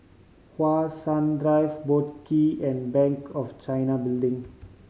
How Sun Drive Boat Quay and Bank of China Building